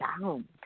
sound